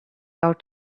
out